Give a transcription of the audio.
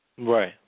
Right